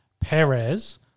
Perez